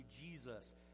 jesus